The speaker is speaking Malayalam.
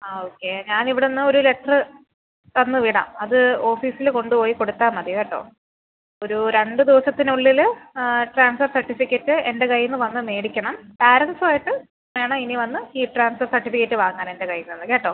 ആ ഓക്കെ ഞാൻ ഇവിടുന്ന് ഒരു ലെറ്ററ് തന്ന് വിടാം അത് ഓഫീസിൽ കൊണ്ട് പോയി കൊടുത്താൽ മതി കേട്ടോ ഒരു രണ്ട് ദിവസത്തിനുള്ളിൽ ട്രാൻസ്ഫർ സർട്ടിഫിക്കറ്റ് എൻ്റെ കയ്യിൽ നിന്ന് വന്ന് മേടിക്കണം പാരൻറ്റ്സും ആയിട്ട് വേണം ഇനി വന്ന് ഈ ട്രാൻസ്ഫർ സർട്ടിഫിക്കറ്റ് വാങ്ങാൻ എൻ്റെ കയ്യിൽ നിന്ന് കേട്ടോ